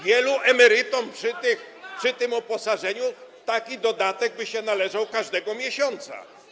Wielu emerytom przy tym uposażeniu taki dodatek by się należał każdego miesiąca.